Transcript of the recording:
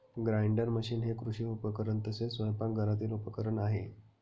grinder machine हे कृषी उपकरण तसेच स्वयंपाकघरातील उपकरण आहे